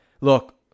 look